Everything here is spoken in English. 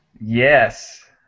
Yes